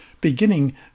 beginning